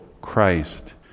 Christ